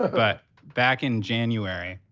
but back in january,